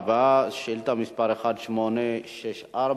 שאילתא מס' 1864: